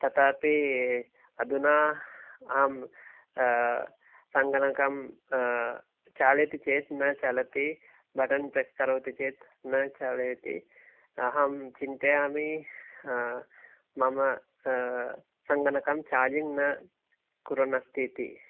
तथापि अधुना अहम् संगणकं चलति चेत् न चलति बटन् प्रेस् करोमि चेत् न चलति अहं चिन्तयामि मम संगणकं चार्जिङ्ग् न कुर्वन् अस्ति इति